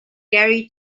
gary